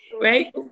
right